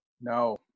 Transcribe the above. No